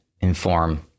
inform